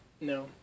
no